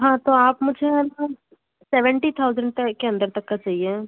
हाँ तो आप मुझे है न सेवेन्टी थाऊज़ेंड के अंदर तक का चाहिए